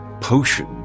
potion